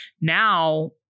now